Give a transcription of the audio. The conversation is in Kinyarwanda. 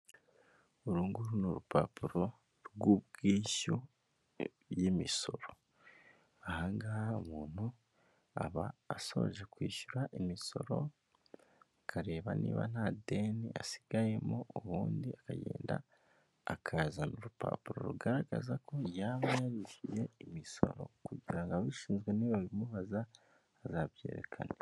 Urunguru ni urupapuro rw'ubwishyu y'imisoro, ahangaha umuntu aba asoje kwishyura imisoro, akareba niba nta deni asigayemo, ubundi agenda akazana urupapuro rugaragaza ko yaba yarishyuye imisoro kugira ababishinzwe nibabimubaza azabyerekane.